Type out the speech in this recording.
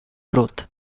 growth